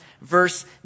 verse